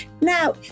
Now